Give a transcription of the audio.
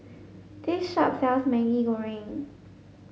this shop sells Maggi Goreng